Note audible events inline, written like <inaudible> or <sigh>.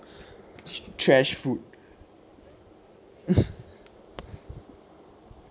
trash food <laughs>